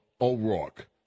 O'Rourke